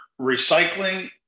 recycling